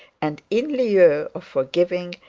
and in lieu of forgiving,